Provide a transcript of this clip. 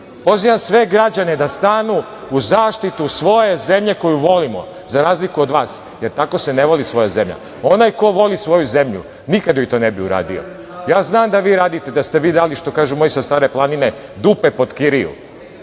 to. Pozivam sve građane da stanu u zaštitu svoje zemlje koju volimo, za razliku od vas, jer tako se ne voli svoja zemlja. Onaj ko voli svoju zemlju nikada joj to ne bi uradio. Ja znam da vi radite, da ste vi dali, što kažu moji sa Stare Planine, dupe pod kiriju